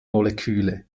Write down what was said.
moleküle